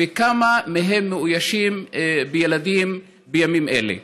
וכמה מהם מאוישים בילדים בימים אלה?